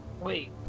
Wait